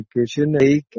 education